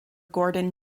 gordon